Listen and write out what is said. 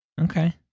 Okay